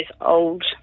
old